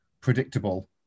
predictable